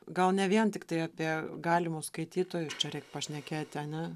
gal ne vien tiktai apie galimus skaitytojus čia reik pašnekėti ane